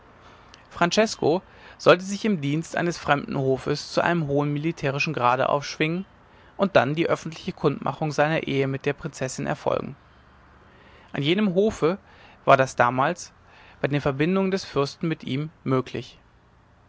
francesko sollte sich im dienst eines fremden hofes zu einem hohen militärischen grad aufschwingen und dann die öffentliche kundmachung seiner ehe mit der prinzessin erfolgen an jenem hofe war das damals bei den verbindungen des fürsten mit ihm möglich